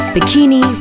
Bikini